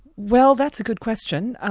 well that's a good question. ah